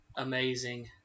Amazing